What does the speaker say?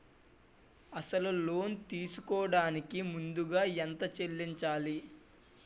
అసలు లోన్ తీసుకోడానికి ముందుగా ఎంత చెల్లించాలి?